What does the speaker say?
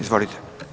Izvolite.